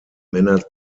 männer